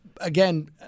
Again